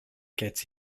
gets